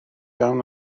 iawn